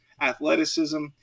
athleticism